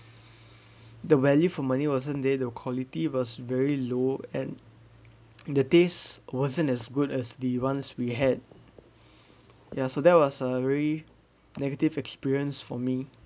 the value for money wasn't there the quality was very low and the taste wasn't as good as the ones we had ya so that was a very negative experience for me